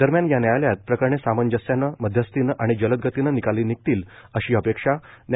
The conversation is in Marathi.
दरम्यान या न्यायालयात प्रकरणे सामजंस्यानं मध्यस्थीनं आणि जलद गतीनं निकाली निघतील अशी अपेक्षा न्या